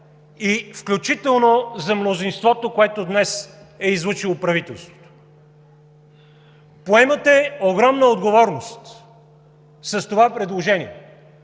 и включително за мнозинството, което днес е излъчило правителството? Поемате огромна отговорност с това предложение.